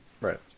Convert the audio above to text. Right